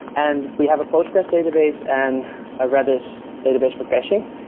and we have a postgresql database and ah redis database for caching.